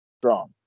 strong